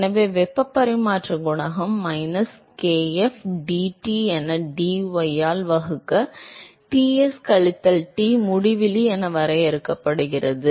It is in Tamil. எனவே வெப்ப பரிமாற்ற குணகம் மைனஸ் kf dT என dy ஆல் வகுக்க Ts கழித்தல் T முடிவிலி என வரையறுக்கப்படுகிறது